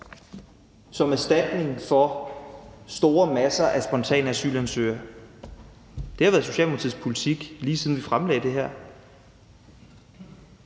som erstatning for store masser af spontane asylansøgere. Det har været Socialdemokratiets politik, lige siden vi fremlagde det her.